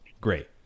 Great